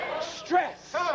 stress